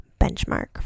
benchmark